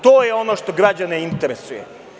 To je ono što građane interesuje.